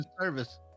service